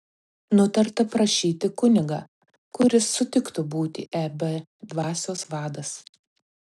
nutarta prašyti kunigą kuris sutiktų būti eb dvasios vadas